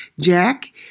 Jack